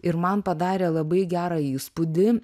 ir man padarė labai gerą įspūdį